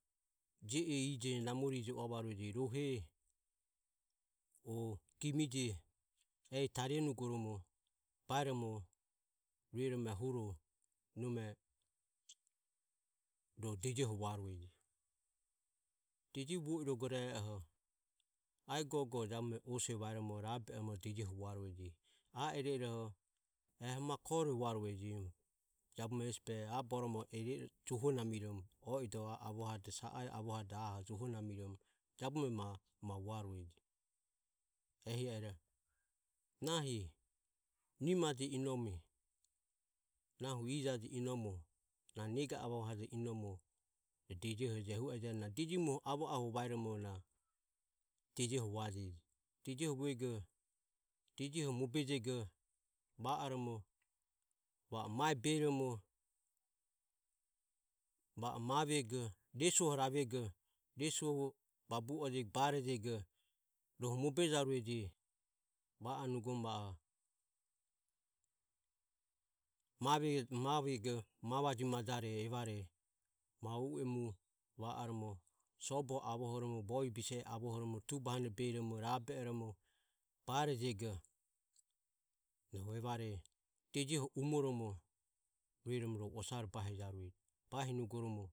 Jio e ije namore ije ua vaureje rohe o gimije ehi tario nugoromo rueromo ehuro nome ro dejoho vua rueje. Deje vuo i e e oho iae gogo jabume ose vajarueje iae iro iroho eho ma koero vuarueje jabume hesi behoho iae boromoho juhonamimo o idoie avohade sa a e avohade aho juhonamiromo jabume ma vua rueje ehi ero nahi nimaje inome nahu ijaje inomoho na nimajeje dejoho na deji muoho avoavoho vajajeji. Dejoho vuajaje. dejoho vuego. dejoho moberomo va oromo mae bejego va o mavego resuo ravego resuoho ravo babu o jego rohu mobe jarueje va o nugoromo va o mavego mavaje majare va. oromo nimo soboho avohoromo bovie bise e avohoromo tubo hane beromo rabe oromo barejego rohu evare dejoho umoromo rueromo ro osare bahijaureje, bahiromo.